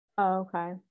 Okay